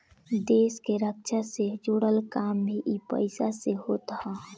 देस के रक्षा से जुड़ल काम भी इ पईसा से होत हअ